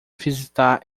visitar